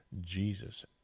Jesus